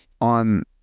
on